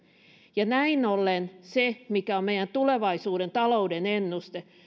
näin ollen se mikä on meidän ennusteemme talouden tulevaisuudesta